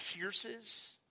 pierces